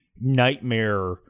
nightmare